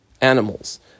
animals